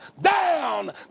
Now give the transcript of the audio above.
down